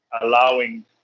allowing